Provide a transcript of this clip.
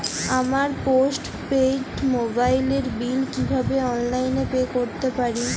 আমার postpaid মোবাইলের bill কীভাবে অনলাইনে পে করতে পারি?